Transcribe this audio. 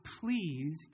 pleased